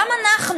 גם אנחנו,